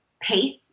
pace